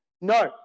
No